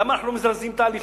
למה אנחנו לא מזרזים תהליכים,